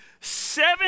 seven